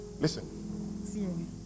Listen